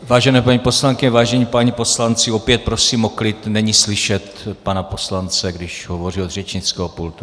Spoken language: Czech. Vážené paní poslankyně, vážení páni poslanci, opět prosím o klid, není slyšet pana poslance, když hovoří od řečnického pultu.